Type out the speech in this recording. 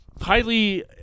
highly –